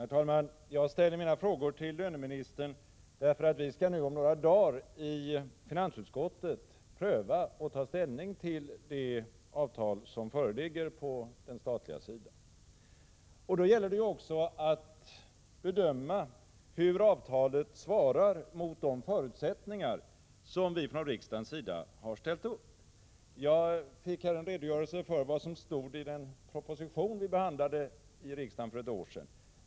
Herr talman! Jag ställer mina frågor till löneministern, därför att vi om några dagar i finansutskottet skall pröva och ta ställning till det avtal som föreligger på den statliga sidan, och då gäller det ju också att bedöma hur avtalet svarar mot de förutsättningar som vi från riksdagens sida har ställt upp. Jag fick en redogörelse för vad som står i den proposition riksdagen behandlade för ett år sedan.